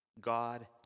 God